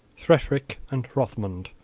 hrethric and hrothmund,